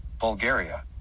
Bulgaria